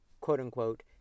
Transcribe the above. quote-unquote